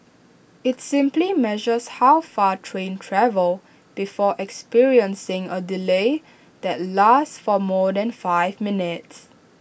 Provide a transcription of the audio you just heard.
IT simply measures how far trains travel before experiencing A delay that lasts for more than five minutes